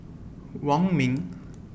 Wong Ming